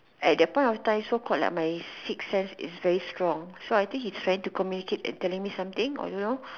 at that point of time so called lah my sixth sense is very strong so I think he's trying to communicate or tell me something I don't know